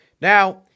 Now